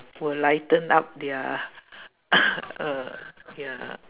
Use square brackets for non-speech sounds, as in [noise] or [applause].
will lighten up their [coughs] uh ya